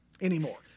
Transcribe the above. anymore